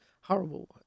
horrible